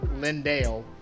lindale